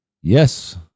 Yes